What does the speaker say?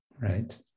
right